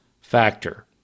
factor